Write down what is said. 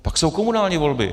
Pak jsou komunální volby.